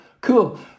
cool